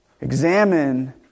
Examine